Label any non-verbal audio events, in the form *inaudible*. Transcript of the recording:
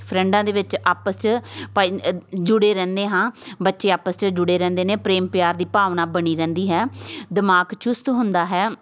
ਫਰੈਂਡਾਂ ਦੇ ਵਿੱਚ ਆਪਸ 'ਚ *unintelligible* ਜੁੜੇ ਰਹਿੰਦੇ ਹਾਂ ਬੱਚੇ ਆਪਸ 'ਚ ਜੁੜੇ ਰਹਿੰਦੇ ਨੇ ਪ੍ਰੇਮ ਪਿਆਰ ਦੀ ਭਾਵਨਾ ਬਣੀ ਰਹਿੰਦੀ ਹੈ ਦਿਮਾਗ ਚੁਸਤ ਹੁੰਦਾ ਹੈ